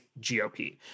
GOP